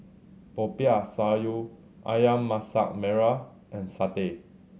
Popiah Sayur Ayam Masak Merah and satay